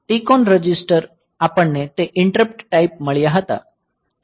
TCON register આપણને તે interrupt type મળ્યા હતા